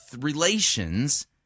relations